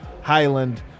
Highland